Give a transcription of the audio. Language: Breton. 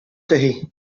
dezho